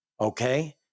okay